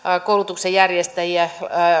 koulutuksen järjestäjiä